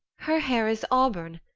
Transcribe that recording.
her hair is auburn,